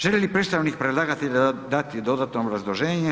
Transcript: Želi li predstavnik predlagatelja dati dodatno obrazloženje?